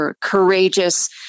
courageous